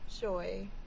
joy